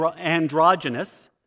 androgynous